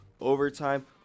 Overtime